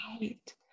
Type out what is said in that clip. Right